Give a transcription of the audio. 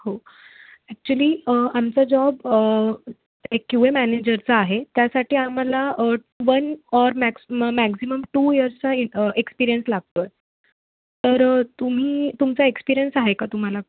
हो ॲक्च्युली आमचा जॉब एक क्यू ए मॅनेजरचा आहे त्यासाठी आम्हाला वन ऑर मॅक्स म मॅक्झिमम टू इयर्सचा आहे एक्सपिरियन्स लागतो आहे तर तुम्ही तुमचा एक्सपिरियन्स आहे का तुम्हाला